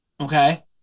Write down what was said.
Okay